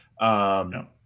No